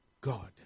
God